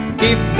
keep